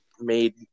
made